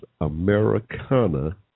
Americana